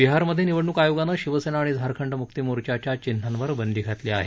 बिहारमध्ये निवडणूक आयोगानं शिवसेना आणि झारखंड मुक्ती मोर्चाच्या चिन्हांवर बंदी घातली आहे